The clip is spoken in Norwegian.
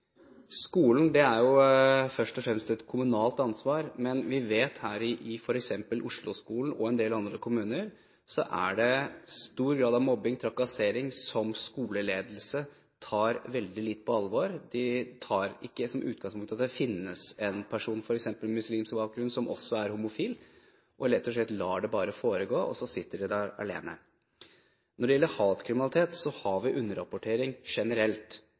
først og fremst et kommunalt ansvar. Men vi vet at f.eks. her i Oslo-skolen og i en del andre kommuner er det stor grad av mobbing og trakassering som skoleledelsen tar veldig lite på alvor. De har ikke som utgangspunkt at det finnes en person med f.eks. muslimsk bakgrunn som også er homofil, og lar dette rett og slett bare foregå, og så sitter disse personene der alene. Når det gjelder hatkriminalitet, har vi underrapportering generelt.